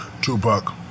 Tupac